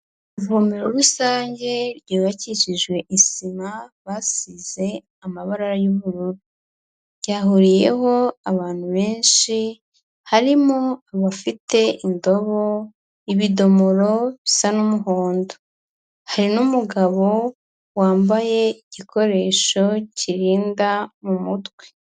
Ivomero rusange ryubakishijwe isima basize amabara y'ubururu, ryahuriyeho abantu benshi, harimo abafite indobo, ibidomoro bisa n'umuhondo, hari n'umugabo wambaye igikoresho kirinda mu mutwe.